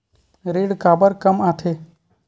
ऋण काबर कम आथे?